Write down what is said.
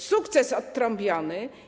Sukces odtrąbiony.